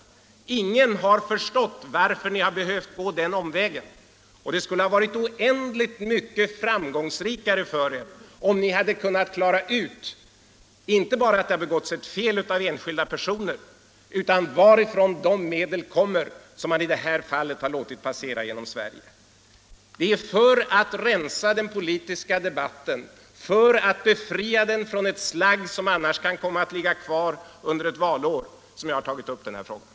Ingen har förstått varför ni har behövt gå den omvägen. Ni skulle ha varit oändligt mycket framgångsrikare om ni hade kunnat klara ut, inte bara att det har begåtts ett fel av enskilda personer utan också varifrån de medel kommer som man i detta fall låtit passera genom Sverige. Det är för att rensa den politiska debatten, för att befria den från ett slagg som annars kan komma att ligga kvar under ett valår som jag har tagit upp denna fråga.